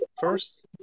first